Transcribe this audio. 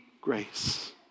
grace